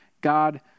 God